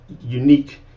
unique